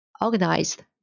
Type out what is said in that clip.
organized